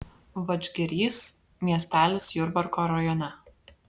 vadžgirys miestelis jurbarko rajone